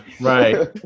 right